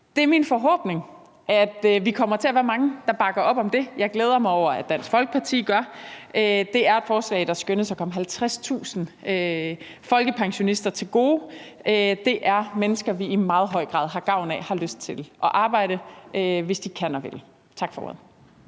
Det er min forhåbning, at vi kommer til at være mange, der bakker op om det. Jeg glæder mig over, at Dansk Folkeparti gør det. Det er et forslag, der skønnes at komme 50.000 folkepensionister til gode. Det er mennesker, som vi i meget høj grad har gavn af har lyst til at arbejde, hvis de kan og vil. Tak for ordet.